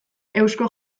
eusko